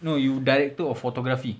no you director of photography